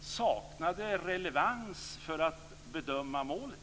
saknade relevans för att bedöma målet.